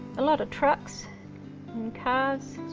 a lot of trucks and cars.